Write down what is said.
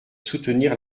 soutenir